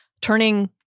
turning